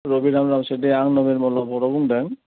रबिराम रामसियारि दे आं नबिनमल्ल' बर' बुंदों